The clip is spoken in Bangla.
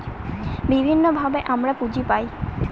বিভিন্নভাবে আমরা পুঁজি পায়